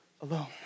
alone